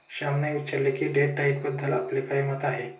श्यामने विचारले की डेट डाएटबद्दल आपले काय मत आहे?